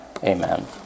Amen